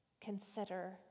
consider